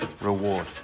reward